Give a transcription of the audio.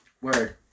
Word